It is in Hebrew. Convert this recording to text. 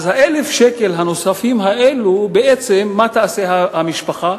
אז עם 1,000 השקל הנוספים האלה, מה תעשה המשפחה?